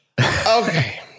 Okay